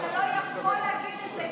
אתה לא יכול להבין את זה,